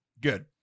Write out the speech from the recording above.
Good